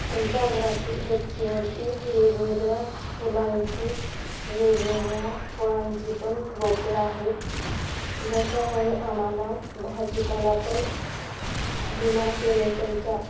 आमच्या घरातील गच्चीवरती वेगवेगळ्या फुलांची वेगवेगळ्या फळांची पण रोपे आहेत ज्याच्यामुळे आम्हाला भाजीपाला पण बिना केमिकलच्या